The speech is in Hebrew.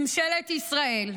ממשלת ישראל,